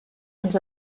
ens